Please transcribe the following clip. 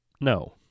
No